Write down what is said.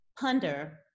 ponder